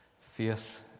Faith